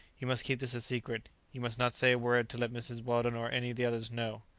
you must keep this a secret you must not say a word to let mrs. weldon or any of the others know.